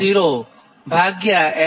075 થાય